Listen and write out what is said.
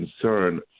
concern